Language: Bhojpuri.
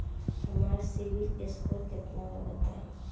हमार सीबील स्कोर केतना बा बताईं?